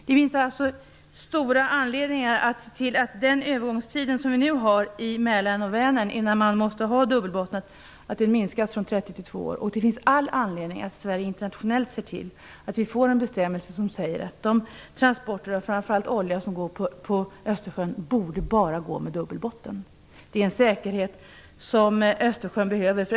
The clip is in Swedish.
Det finns alltså stor anledning att se till att den nuvarande övergångstiden mellan Mälaren och Vänern för införande av dubbel botten minskas från 30 till 2 år. Det finns också all anledning för Sverige att se till att det internationellt införs en bestämmelse som säger att de transporter av framför allt olja som sker på Östersjön borde ske enbart med dubbelbottnade fartyg. Det är en säkerhet som Östersjön behöver.